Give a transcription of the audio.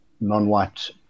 non-white